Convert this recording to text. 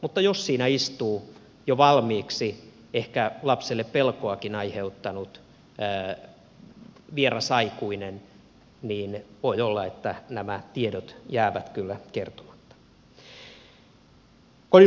mutta jos siinä istuu jo valmiiksi ehkä lapselle pelkoakin aiheuttanut vieras aikuinen voi olla että nämä tiedot jäävät kyllä kertomatta